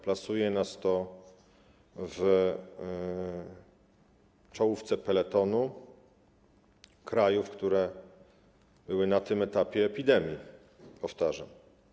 Plasuje to nas w czołówce peletonu krajów, które były na tym etapie epidemii, powtarzam.